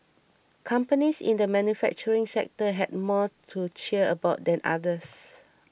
companies in the manufacturing sector had more to cheer about than others